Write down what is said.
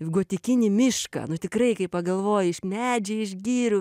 gotikinį mišką nu tikrai kai pagalvoji iš medžiai iš girių